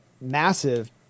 massive